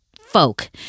folk